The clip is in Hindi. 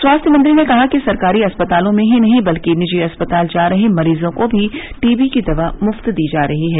स्वास्थ्य मंत्री ने कहा कि सरकारी अस्पतालों में ही नहीं बल्कि निजी अस्पताल जा रहे मरीजों को भी टीबी की दवा मुफ्त दी जा रही है